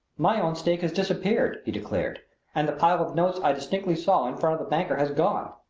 my own stake has disappeared, he declared and the pile of notes i distinctly saw in front of the banker has gone.